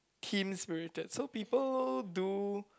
team spirited so people do